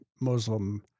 Muslim